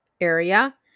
area